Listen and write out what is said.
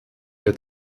der